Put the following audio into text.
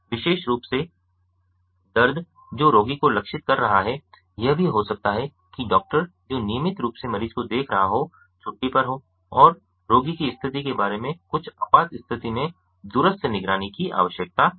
विशेष रूप से दर्द जो रोगी को लक्षित कर रहा है यह भी हो सकता है कि डॉक्टर जो नियमित रूप से मरीज को देख रहा हो छुट्टी पर हो और रोगी की स्थिति के बारे में कुछ आपात स्थिति में दूरस्थ निगरानी की आवश्यकता हो